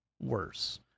worse